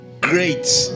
great